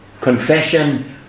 Confession